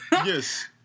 yes